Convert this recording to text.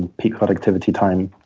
and peak productivity time.